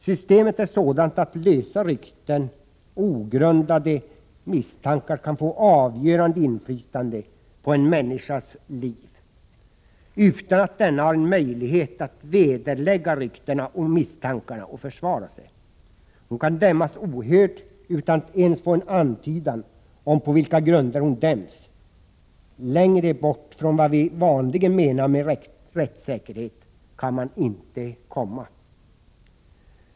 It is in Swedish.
Systemet är sådant att lösa rykten och ogrundade misstankar kan få avgörande inflytande på en människas liv, utan att denna har en möjlighet att vederlägga ryktena och misstankarna och försvara sig. Hon kan dömas ohörd, utan att ens få en antydan om på vilka grunder hon döms. Längre bort från vad vi vanligen menar med rättssäkerhet kan man inte komma.